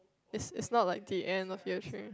is is not like the end of year three